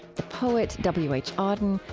the poet w h. auden,